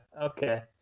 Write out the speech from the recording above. okay